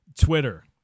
Twitter